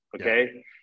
okay